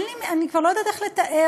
אני כבר לא יודעת איך לתאר.